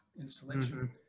installation